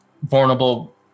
vulnerable